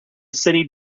city